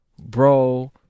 bro